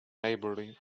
maybury